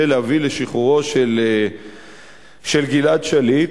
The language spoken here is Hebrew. להביא לשחרורו של גלעד שליט,